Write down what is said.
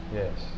yes